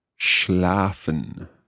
Schlafen